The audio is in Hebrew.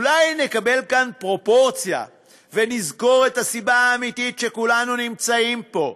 אולי נקבל כאן פרופורציה ונזכור את הסיבה האמיתית לכך שכולנו נמצאים פה: